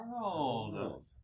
world